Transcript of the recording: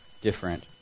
different